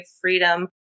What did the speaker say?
freedom